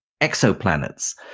exoplanets